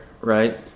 right